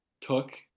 took